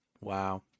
Wow